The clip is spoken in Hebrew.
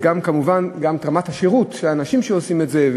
וכמובן גם את רמת השירות של האנשים שעושים את זה,